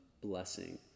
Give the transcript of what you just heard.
blessing